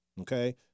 okay